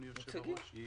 אני